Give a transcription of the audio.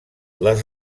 les